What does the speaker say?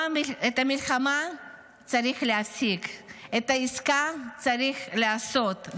את המלחמה צריך להפסיק, את העסקה צריך לעשות.